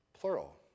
plural